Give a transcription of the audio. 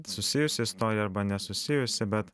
susijusi istorija arba nesusijusi bet